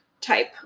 type